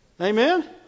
Amen